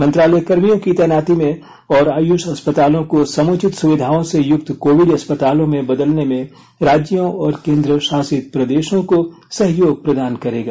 मंत्रालय कर्मियों की तैनाती में और आयुष अस्पतालों को समुचित सुविधाओं से युक्त कोविड अस्पतालों में बदलने में राज्यों और केंद्र शासित प्रदेशों को सहयोग प्रदान करेगा